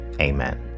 Amen